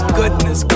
goodness